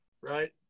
right